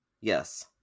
yes